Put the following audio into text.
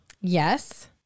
Yes